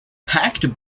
packed